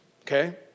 Okay